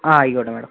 ആ ആയിക്കോട്ടെ മേഡം